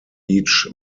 each